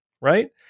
right